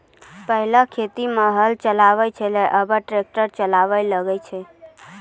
पहिलै खेत मे हल चलै छलै आबा ट्रैक्टर चालाबा लागलै छै